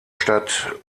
stadt